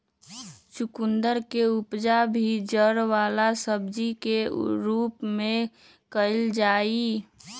चुकंदर के उपज भी जड़ वाला सब्जी के रूप में कइल जाहई